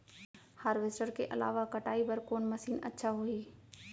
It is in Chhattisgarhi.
हारवेस्टर के अलावा कटाई बर कोन मशीन अच्छा होही?